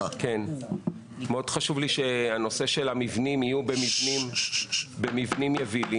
חשוב לי מאוד שנושא המבנים יהיה במבנים יבילים.